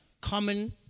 common